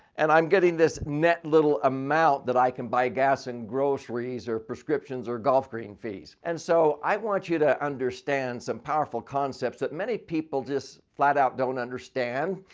and i'm getting this net little amount that i can buy gas and groceries or prescriptions or golf green fees. and so, i want you to understand some powerful concepts that many people just flat out don't understand.